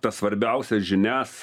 tą svarbiausias žinias